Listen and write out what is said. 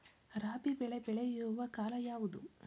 ರಾಬಿ ಬೆಳೆ ಬೆಳೆಯುವ ಕಾಲ ಯಾವುದು?